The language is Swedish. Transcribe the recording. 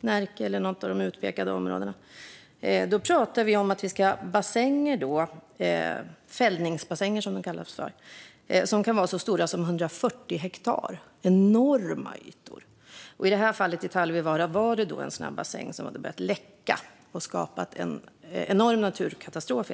Närke eller något av de utpekade områdena handlar det om så kallade fällningsbassänger som kan vara så stora som 140 hektar. Det är enorma ytor. I fallet Talvivaara var det en sådan bassäng som hade börjat läcka och skapade en enorm naturkatastrof.